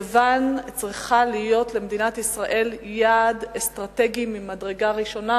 יוון צריכה להיות למדינת ישראל יעד אסטרטגי ממדרגה ראשונה,